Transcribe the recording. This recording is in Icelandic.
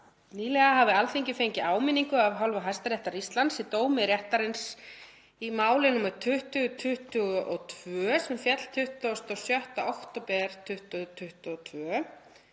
nýlega hafi Alþingi fengið áminningu af hálfu Hæstaréttar Íslands í dómi réttarins í máli nr. 20/2022 sem féll 26. október 2022.